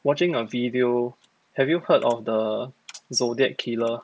watching a video have you heard of the zodiac killer